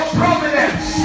providence